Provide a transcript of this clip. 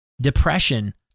depression